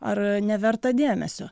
ar neverta dėmesio